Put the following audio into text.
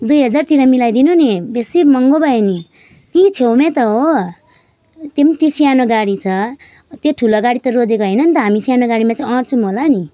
दुई हजारतिर मिलाइदिनु नि बेसी महँगो भयो नि त्यहीँ छेउमै त हो त्यही पनि त्यो सानो गाडी छ त्यो ठुलो गाडी त रोजेको होइन नि त हामी सानो गाडीमा चाहिँ आँट्छौँ होला नि